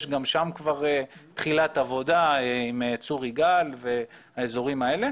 גם שם כבר יש תחילת עבודה עם צור יגאל והאזורים האלה.